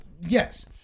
Yes